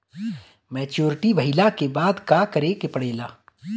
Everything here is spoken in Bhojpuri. मैच्योरिटी भईला के बाद का करे के पड़ेला?